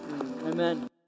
Amen